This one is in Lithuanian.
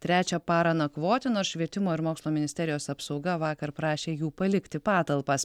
trečią parą nakvoti nors švietimo ir mokslo ministerijos apsauga vakar prašė jų palikti patalpas